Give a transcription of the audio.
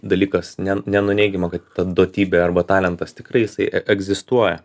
dalykas ne nenuneigiama kad ta duotybė arba talentas tikrai jisai e egzistuoja